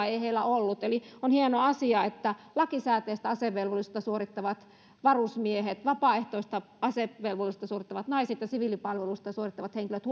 ei ollut lisää vakuutusturvaa eli on hieno asia että lakisääteistä asevelvollisuutta suorittavat varusmiehet vapaaehtoista asevelvollisuutta suorittavat naiset ja siviilipalvelusta suorittavat henkilöt